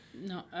No